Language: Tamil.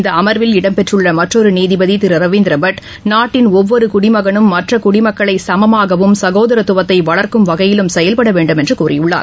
இந்த அமர்வில் இடம்பெற்றுள்ள மற்றொரு நீதிபதி திரு ரவீந்திரபட் நாட்டின் ஒவ்வொரு குடிமகனும் மற்ற குடிமக்களை சமமாகவும் சகோதரதுவத்தை வளர்க்கும் வகையிலும் செயல்படவேண்டும் என்று கூறியுள்ளார்